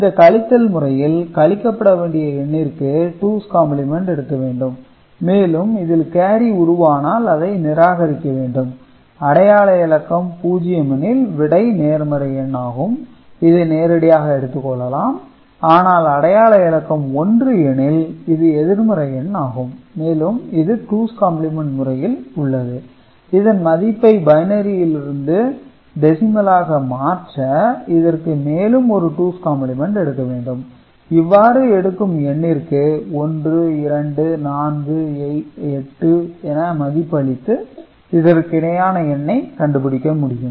இந்த கழித்தல் முறையில் கழிக்கப்பட வேண்டிய எண்ணிற்கு டூஸ் காம்ப்ளிமென்ட் எடுக்க வேண்டும் மேலும் இதில் கேரி உருவானால் அதை நிராகரிக்க வேண்டும் அடையாள இலக்கம் 0 எனில் விடை நேர்மறை எண் ஆகும் இதை நேரடியாக எடுத்துக்கொள்ளலாம் ஆனால் அடையாள இலக்கம் 1 எனில் இது எதிர்மறை எண் ஆகும் மேலும் இது டூஸ் காம்ப்ளிமென்ட் முறையில் உள்ளது இதன் மதிப்பை அறிய பைனரியிலிருந்து டெசிமலாக மாற்ற இதற்கு மேலும் ஒரு டூஸ் காம்பிளிமெண்ட் எடுக்கவேண்டும் இவ்வாறு எடுக்கும் எண்ணிற்கு 1 2 4 8 என மதிப்பு அளித்து இதற்கு இணையான எண்ணை கண்டுபிடிக்க முடியும்